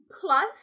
Plus